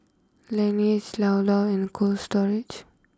Laneige Llao Llao and Cold Storage